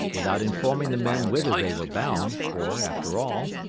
without informing the men whither they were bound, for, after all,